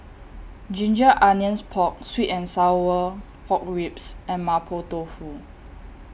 Ginger Onions Pork Sweet and Sour Pork Ribs and Mapo Tofu